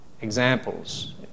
examples